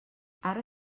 ara